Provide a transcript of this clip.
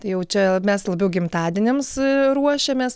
tai jau čia mes labiau gimtadieniams ruošiamės